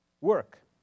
work